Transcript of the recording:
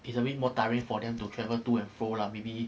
it's a bit more tiring for them to travel to and fro lah maybe